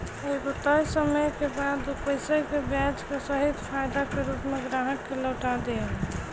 एगो तय समय के बाद उ पईसा के ब्याज के सहित फायदा के रूप में ग्राहक के लौटा दियाला